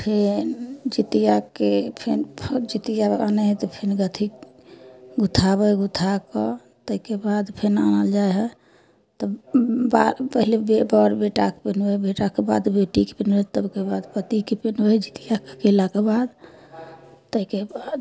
फेर जीतियाके फेर जीतिया अनै है तऽ फेर अथी उठाबै उठा कऽ ताहिके बाद फेर आनल जाइ है तऽ बा पहले बर बेटाके पीनहबै है बेटाके बाद बेटीके पीनहबै ताहिके बाद पतिके पीनहबै है जीतिया केलाके बाद ताहिके बाद